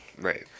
Right